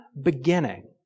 beginning